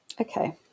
Okay